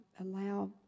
allow